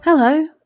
Hello